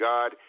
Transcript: God